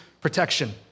protection